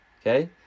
okay